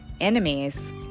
enemies